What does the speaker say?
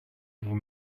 vous